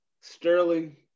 Sterling